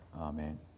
Amen